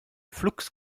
flux